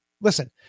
listen